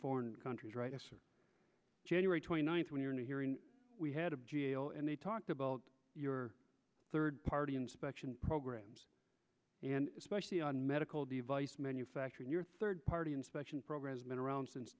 foreign countries right january twenty ninth when you're in a hearing we had a jail and they talked about your third party inspection programs and especially on medical device manufacturing your third party inspection program has been around since